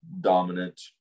dominant